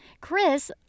Chris